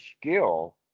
skill